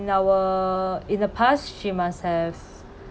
in our in the past she must have